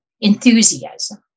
enthusiasm